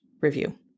review